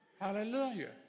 Hallelujah